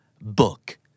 Book